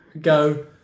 go